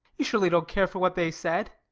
you surely don't care for what they said,